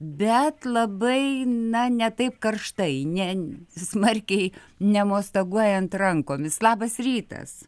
bet labai na ne taip karštai ne smarkiai ne mostaguojant rankomis labas rytas